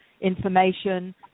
information